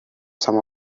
some